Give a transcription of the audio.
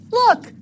look